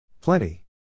Plenty